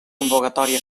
convocatòria